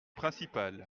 principale